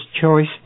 choice